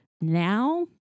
now